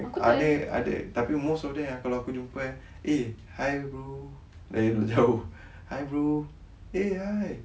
ada ada tapi most of them eh kalau aku jumpa eh hi brother hi brother eh hi